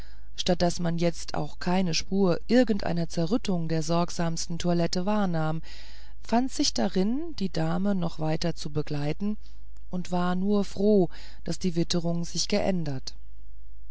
statt daß man jetzt auch keine spur irgendeiner zerrüttung der sorgsamsten toilette wahrnahm fand sich darin die dame noch weiter zu begleiten und war nur froh daß die witterung sich geändert